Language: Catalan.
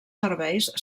serveis